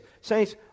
Saints